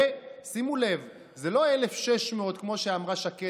ושימו לב, זה לא 1,600 בחצי שנה כמו שאמרה שקד.